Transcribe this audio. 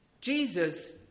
Jesus